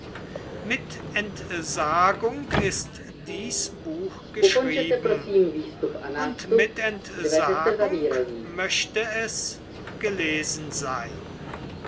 mit entsagung ist dies buch geschrieben und mit entsagung möchte es gelesen sein